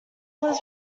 was